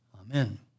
Amen